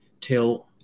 till